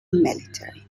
military